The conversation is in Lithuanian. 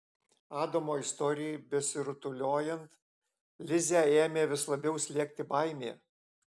adamo istorijai besirutuliojant lizę ėmė vis labiau slėgti baimė